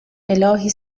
الهی